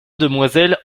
demoiselles